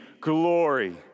glory